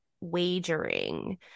wagering